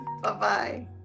Bye-bye